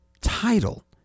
title